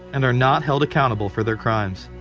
and are not held accountable for their crimes.